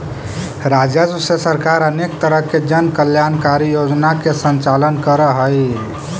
राजस्व से सरकार अनेक तरह के जन कल्याणकारी योजना के संचालन करऽ हई